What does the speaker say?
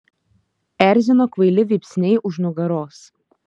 erzino kvaili vypsniai už nugaros